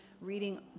reading